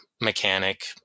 mechanic